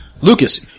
Lucas